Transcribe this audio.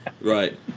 right